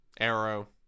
arrow